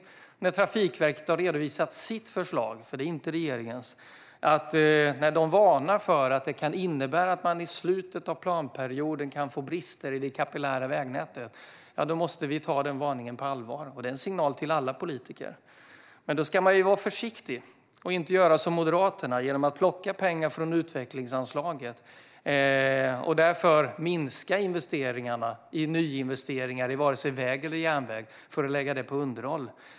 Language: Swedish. Trafikverket har redovisat sitt förslag - det är inte regeringens. När de varnar för att det här kan innebära att man i slutet av planperioden kan få brister i det kapillära vägnätet måste vi ta den varningen på allvar. Det är en signal till alla politiker. Men då ska man vara försiktig och inte göra som Moderaterna. Man ska inte plocka pengar från utvecklingsanslaget och minska nyinvesteringarna i vare sig väg eller järnväg för att lägga pengarna på underhåll.